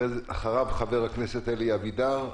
אחריו חבר הכנסת אלי אבידר,